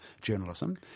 journalism